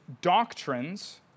doctrines